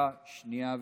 לקריאה שנייה ושלישית.